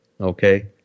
Okay